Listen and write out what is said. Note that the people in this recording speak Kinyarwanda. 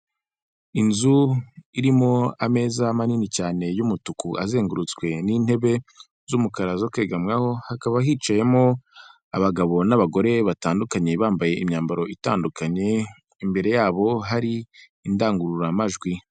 Inzu irimo ameza manini cyane y'umutuku azengurutswe n'intebe z'umukara zo kwegamwaho, hakaba hicayemo abagabo n'abagore batandukanye bambaye imyambaro itandukanye. Imbere yabo hari indangururamajwi.